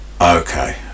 Okay